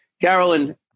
Carolyn